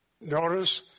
notice